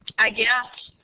i guess